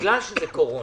בגלל שזו קורונה.